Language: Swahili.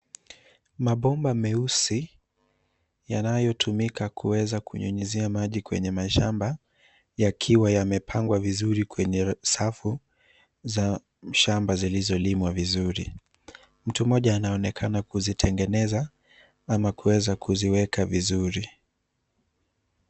Mabomba meusi, yanayotumika kuweza kunyunyiza maji kwenye mashamba yakiwa yamepangwa vizuri kwenye safu za shamba zilizolimwa vizuri. mtu mmoja anaonekana kuzitengeneza ama kuweza kuziweka vizuri.